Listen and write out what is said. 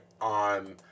on